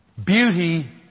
Beauty